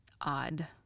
odd